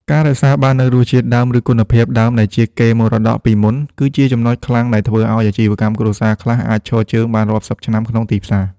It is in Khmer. ការរក្សាបាននូវរសជាតិដើម ឬគុណភាពដើមដែលជាកេរមរតកពីមុន គឺជាចំណុចខ្លាំងដែលធ្វើឱ្យអាជីវកម្មគ្រួសារខ្លះអាចឈរជើងបានរាប់សិបឆ្នាំក្នុងទីផ្សារ។